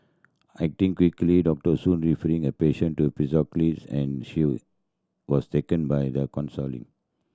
acting quickly Doctor Soon referring her patient to psychologist and she was taken by the counselling